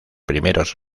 primeros